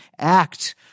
act